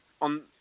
on